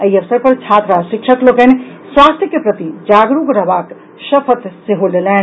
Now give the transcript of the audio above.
एहि अवसर पर छात्र आ शिक्षक लोकनि स्वास्थ्य के प्रति जागरूक रहबाक शपथ सेहो लेलनि